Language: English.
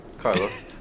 Carlos